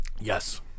Yes